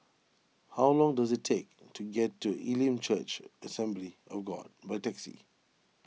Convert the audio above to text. how long does it take to get to Elim Church Assembly of God by taxi